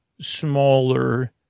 smaller